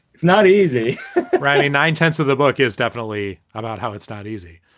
it's not easy nine tenths of the book is definitely about how it's not easy